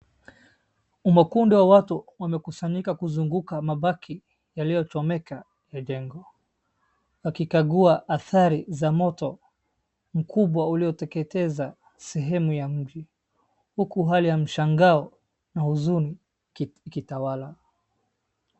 Umakundi wa watu umekusanyika kuzunguka mabaki yaliyochomeka ya jengo akikagua adhari za moto mkubwa ulioteketeza sehemu ya mji huku hali ya mshangao na huzuni ikitawala.